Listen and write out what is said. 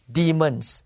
demons